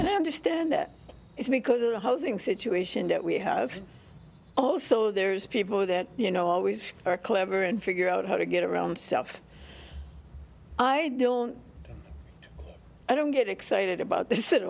and i understand that it's because of the housing situation that we have also there's people that you know always are clever and figure out how to get around stuff i don't i don't get excited about th